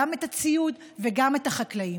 גם את הציוד וגם את החקלאים,